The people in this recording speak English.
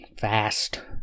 fast